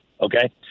okay